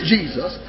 Jesus